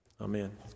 Amen